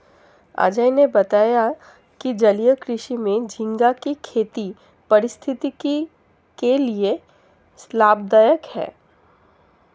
अजय ने बताया कि जलीय कृषि में झींगा की खेती पारिस्थितिकी के लिए लाभदायक है